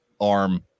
arm